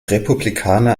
republikaner